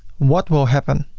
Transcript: what will happen?